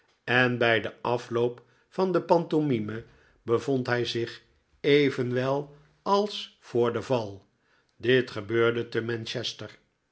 en bij den afloop van de pantomime bevond hij zich even wel als voor den val dit gebeurde